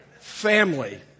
family